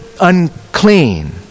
unclean